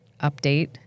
update